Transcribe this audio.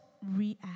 react